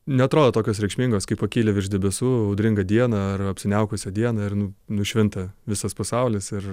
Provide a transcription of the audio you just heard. neatrodo tokios reikšmingos kai pakyli virš debesų audringą dieną ar apsiniaukusią dieną ir nušvinta visas pasaulis ir